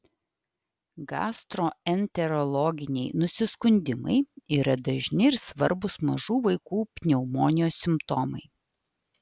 gastroenterologiniai nusiskundimai yra dažni ir svarbūs mažų vaikų pneumonijos simptomai